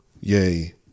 yay